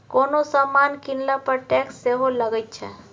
कोनो समान कीनला पर टैक्स सेहो लगैत छै